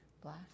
black